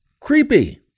creepy